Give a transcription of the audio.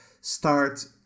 start